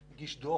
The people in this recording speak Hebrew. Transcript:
הוא הגיש דוח,